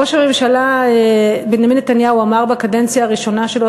ראש הממשלה בנימין נתניהו אמר בקדנציה הראשונה שלו,